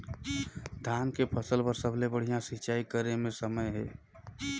धान के फसल बार सबले बढ़िया सिंचाई करे के समय हे?